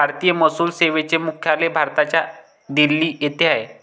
भारतीय महसूल सेवेचे मुख्यालय भारताच्या दिल्ली येथे आहे